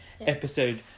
episode